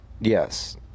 Yes